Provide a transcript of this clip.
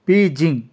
Beijing